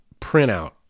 printout